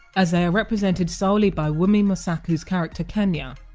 as they are represented solely by wunmi mosaku's character kenya,